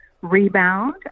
rebound